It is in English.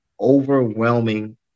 overwhelming